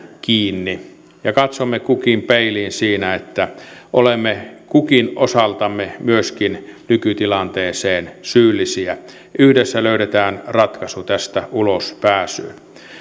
kiinni ja katsoa kukin peiliin siinä että olemme kukin osaltamme myöskin nykytilanteeseen syyllisiä yhdessä löydetään ratkaisu tästä ulospääsyyn